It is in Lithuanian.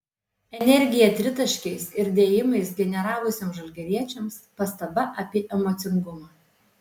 energiją tritaškiais ir dėjimais generavusiems žalgiriečiams pastaba apie emocingumą